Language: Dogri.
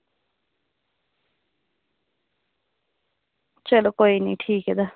चलो कोई निं ठीक ऐ तां